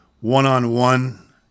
one-on-one